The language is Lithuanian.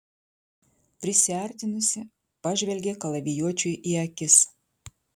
prisiartinusi pažvelgė kalavijuočiui į akis